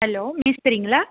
hello மேஸ்திரிங்களா